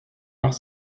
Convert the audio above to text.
nach